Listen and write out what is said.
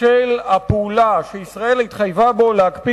של הפעולה שישראל התחייבה בו להקפיא